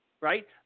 right